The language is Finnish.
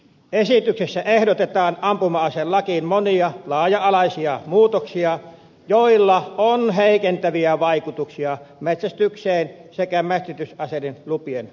esityksessä ehdotetaan ampuma aselakiin monia laaja alaisia muutoksia joilla on heikentäviä vaikutuksia metsästykseen sekä metsästysaseiden lupien hankkimiseen